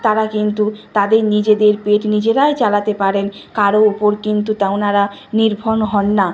তারা কিন্তু তাদের নিজেদের পেট নিজেরাই চালাতে পারেন কারও ওপর কিন্তু তা ওনারা নির্ভর হন না